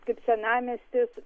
kaip senamiestis